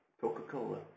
Coca-Cola